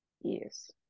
Yes